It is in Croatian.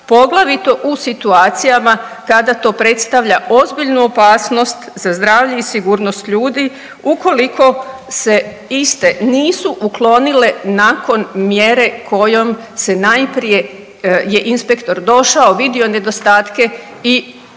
poglavito u situacijama kada to predstavlja ozbiljnu opasnost za zdravlje i sigurnost ljudi ukoliko se iste nisu uklonile nakon mjere kojom se najprije je inspektor došao, vidio nedostatke i izdao